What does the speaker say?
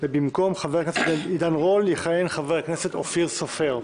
ובמקום חבר הכנסת עידן רול יכהן חבר הכנסת אופיר סופר.